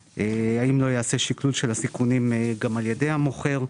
האם לא יעשה שיקול של הסיכונים במקרים האלה גם על ידי המוכר?